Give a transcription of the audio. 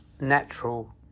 natural